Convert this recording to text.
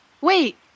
Wait